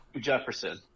Jefferson